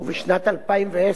ובשנת 2010,